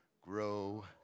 grow